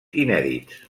inèdits